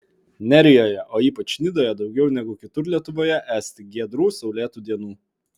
nerijoje o ypač nidoje daugiau negu kitur lietuvoje esti giedrų saulėtų dienų